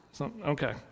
Okay